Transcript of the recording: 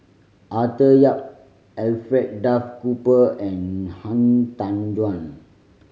Arthur Yap Alfred Duff Cooper and Han Tan Juan